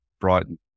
Brighton